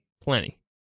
Plenty